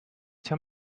tell